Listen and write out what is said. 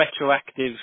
retroactive